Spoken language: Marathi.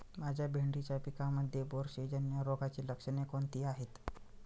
माझ्या भेंडीच्या पिकामध्ये बुरशीजन्य रोगाची लक्षणे कोणती आहेत?